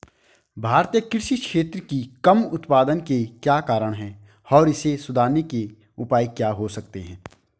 भारतीय कृषि क्षेत्र की कम उत्पादकता के क्या कारण हैं और इसे सुधारने के उपाय क्या हो सकते हैं?